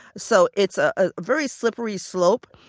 so it's a ah very slippery slope.